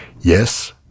Yes